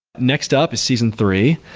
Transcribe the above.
next up is season three.